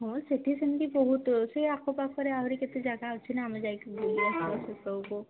ହଁ ସେଇଠି ସେମିତି ବହୁତ ସେ ଆଖପାଖରେ ଆହୁରି କେତେ ଜାଗା ଅଛି ନା ଆମେ ଯାଇକି ବୁଲି ଆସିବା ସେ ସବୁକୁ